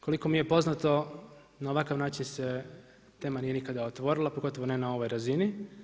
Koliko mi je poznati, na ovakva način se tema nije nikada otvorilo, pogotovo ne na ovoj razini.